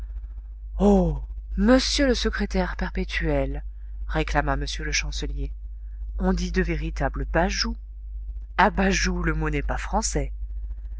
oh monsieur le secrétaire perpétuel réclama m le chancelier on dit de véritables bajoues abajoues le mot n'est pas français